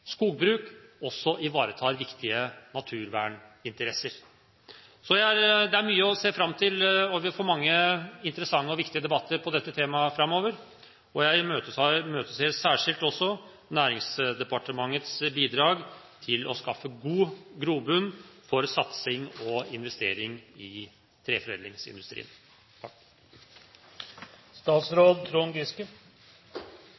skogbruk også ivaretar viktige naturverninteresser. Det er mye å se fram til, og vi vil få mange og interessante og viktige debatter om dette temaet framover. Jeg imøteser særskilt Næringsdepartementets bidrag til å skaffe god grobunn for satsing og investering i treforedlingsindustrien.